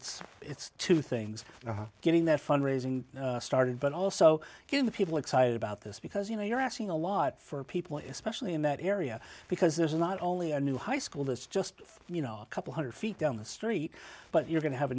it's it's two things getting their fundraising started but also getting the people excited about this because you know you're asking a lot for people especially in that area because there's not only a new high school it's just you know couple one hundred feet down the street but you're going to have a